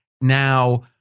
Now